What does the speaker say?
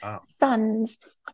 sons